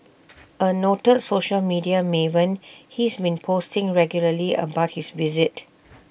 A noted social media maven he's been posting regularly about his visit